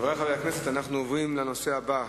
חברי חברי הכנסת, אנחנו עוברים לנושא הבא.